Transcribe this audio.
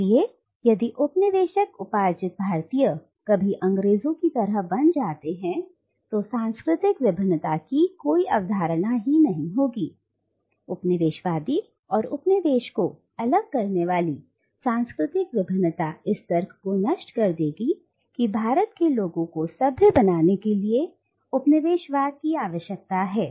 इसलिए यदि उपनिदेशक उपार्जित भारतीय कभी अंग्रेजों की तरह बन जाते हैं तो सांस्कृतिक विभिन्नता की कोई अवधारणा ही नहीं होगी उपनिवेशवादी और उपनिवेश को अलग करने वाली सांस्कृतिक विभिन्नता इस तर्क को नष्ट कर देगी कि भारत के लोगों को सभ्य बनाने के लिए उपनिवेशवाद की आवश्यकता है